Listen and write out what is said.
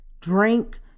drink